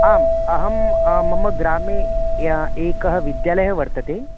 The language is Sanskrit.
आम् अहं मम ग्रामे यः एकः विद्यालयः वर्तते